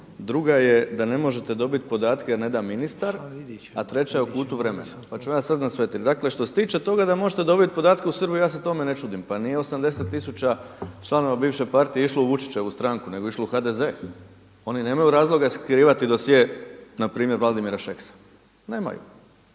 druga je da ne možete dobiti podatke jer ne da ministar, a treća je o kutu vremena pa ću ja sada na sve tri. Dakle što se tiče toga da možete dobiti podatke u Srbiji, ja se tome ne čudim. Pa nije 80 tisuća članova bivše partije išlo u Vučićevu stranku nego je išlo u HDZ. Oni nemaju razloga skrivati dosjee npr. Vladimira Šeksa, nemaju.